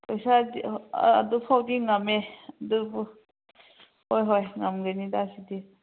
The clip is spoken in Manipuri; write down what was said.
ꯄꯩꯁꯥ ꯑꯗꯨꯐꯥꯎꯗꯤ ꯉꯝꯃꯦ ꯑꯗꯨꯕꯨ ꯍꯣꯏ ꯍꯣꯏ ꯉꯝꯒꯅꯤꯗ ꯁꯤꯗꯤ